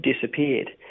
disappeared